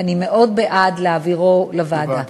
ואני מאוד בעד להעבירו לוועדה.